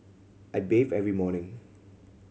I bathe every morning